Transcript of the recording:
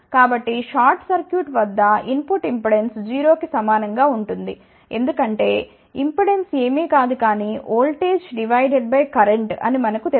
కాబట్టి short circuit వద్ద input impedance 0 కి సమానం గా ఉంటుంది ఎందుకంటే ఇంపెడెన్స్ ఏమీ కాదు కాని ఓల్టేజ్ డివైడెడ్ బై కరెంట్అని మనకు తెలుసు